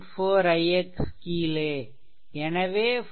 4 ix கீழே எனவே 4 0